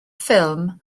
ffilm